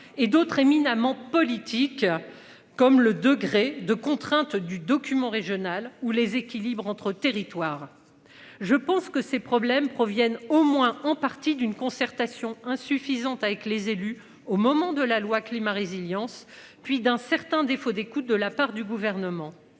et d'autres éminemment politique, comme le degré de contrainte du document régionales ou les équilibres entre territoires. Je pense que ces problèmes proviennent au moins en partie d'une concertation insuffisante avec les élus, au moment de la loi climat résilience puis d'un certain défaut des coups de la part du gouvernement.